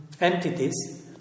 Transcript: entities